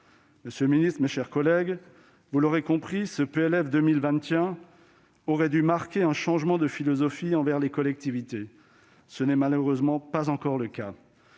Monsieur le ministre, mes chers collègues, vous l'aurez compris, le PLF pour 2021 aurait dû marquer un changement de philosophie à l'égard des collectivités. Ce n'est malheureusement pas encore le cas.